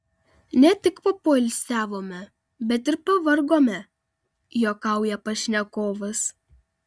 ne tik papoilsiavome bet ir pavargome juokauja pašnekovas